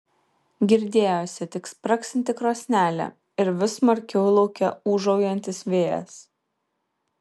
girdėjosi tik spragsinti krosnelė ir vis smarkiau lauke ūžaujantis vėjas